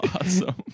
awesome